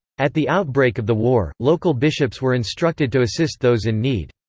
at the outbreak of the war, local bishops were instructed to assist those in need.